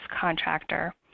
contractor